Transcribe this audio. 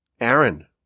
Aaron